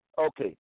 okay